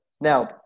Now